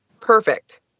Perfect